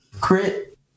crit